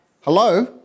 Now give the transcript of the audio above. Hello